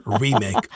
remake